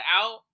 out